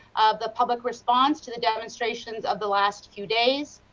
the public response, to the demonstrations of the last few days,